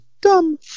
dumb